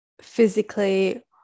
physically